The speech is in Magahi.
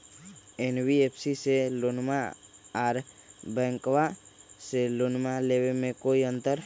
एन.बी.एफ.सी से लोनमा आर बैंकबा से लोनमा ले बे में कोइ अंतर?